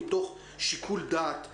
מתוך שיקול דעת באכיפה.